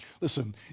Listen